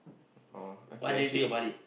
oh okay actually